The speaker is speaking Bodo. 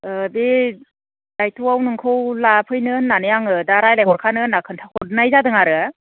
ओह बे दाइथ'आव नोंखौ लाफैनो होननानै आङो दा रायलायहरखानो होनना खोन्थाहरनाय जादों आरो